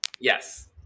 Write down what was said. yes